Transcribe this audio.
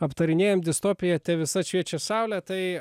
aptarinėjam distopiją te visad šviečia saulė tai